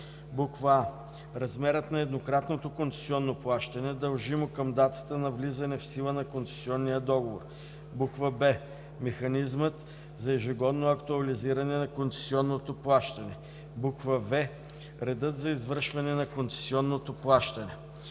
а) размерът на еднократното концесионно плащане, дължимо към датата на влизане в сила на концесионния договор; б) механизмът за ежегодно актуализиране на концесионното плащане; в) редът за извършване на концесионното плащане;